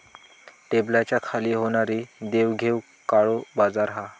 टेबलाच्या खाली होणारी देवघेव काळो बाजार हा